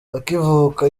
akivuka